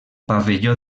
pavelló